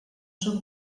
són